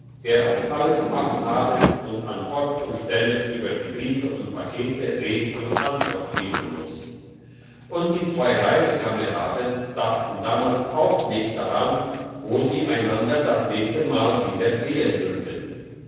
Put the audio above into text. der auf alles achthaben und an ort und stelle über die briefe und pakete red und antwort geben muss und die zwei reisekameraden dachten damals auch nicht daran wo sie einander das nächste mal wieder sehen würden